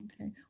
Okay